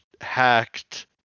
hacked